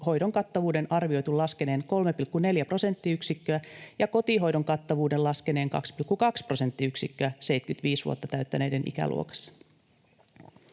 hoidon kattavuuden arvioitu laskeneen 3,4 prosenttiyksikköä ja kotihoidon kattavuuden laskeneen 2,2 prosenttiyksikköä 75 vuotta täyttäneiden ikäluokassa.